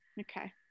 Okay